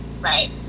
right